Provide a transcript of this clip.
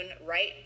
right